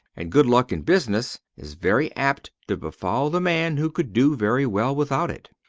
and good luck in business is very apt to befall the man who could do very well without it.